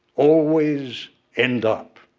always end up